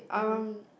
mmhmm